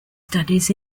studies